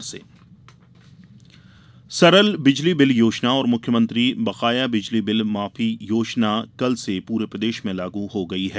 संबल योजना सरल बिजली बिल योजना और मुख्यमंत्री बकाया बिजली बिल माफी योजना की कल से पूरे प्रदेश में लागू हो गयी है